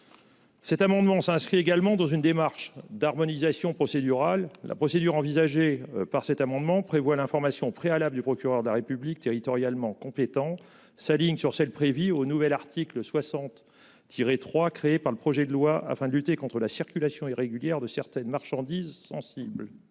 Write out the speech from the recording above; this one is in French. Cet amendement s'inscrit également dans une démarche d'harmonisation procédural la procédure envisagée par cet amendement prévoit l'information préalable du procureur de la République territorialement compétent s'aligne sur celle prévue au nouvel article 60 tiré trois créé par le projet de loi afin de lutter contre la circulation irrégulière de certaines marchandises sensibles.